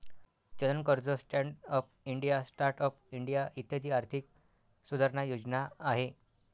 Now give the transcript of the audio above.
चलन कर्ज, stand up India, start up India इत्यादी आर्थिक सुधारणा योजना आहे